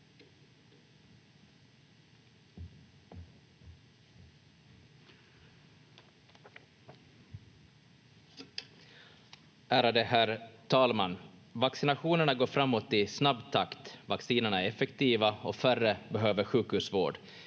Ärade herr talman! Vaccinationerna går framåt i snabb takt. Vaccinerna är effektiva och färre behöver sjukhusvård.